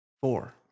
four